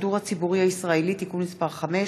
הצעת חוק השידור הציבורי הישראלי (תיקון מס' 5),